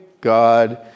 God